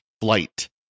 flight